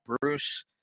Bruce